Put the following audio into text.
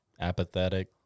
apathetic